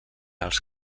els